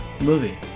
Movie